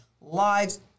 lives